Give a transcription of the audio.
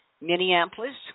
Minneapolis